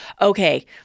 Okay